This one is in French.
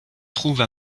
trouve